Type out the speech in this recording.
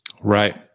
Right